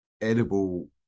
edible